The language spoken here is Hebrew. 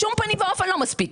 בשום פנים ואופן לא מספיק.